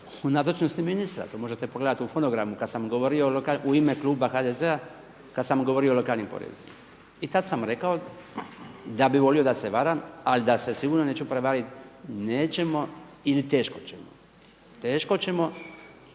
u nazočnosti ministra, to možete pogledati u fonogramu kada sam govorio u ime kluba HDZ-a, kada sam govorio o lokalnim porezima. I tada sam rekao da bih volio da se varam ali da se sigurno neću prevariti, nećemo ili teško ćemo, teško ćemo